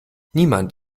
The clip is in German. niemand